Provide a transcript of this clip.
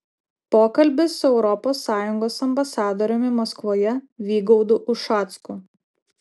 pokalbis su europos sąjungos ambasadoriumi maskvoje vygaudu ušacku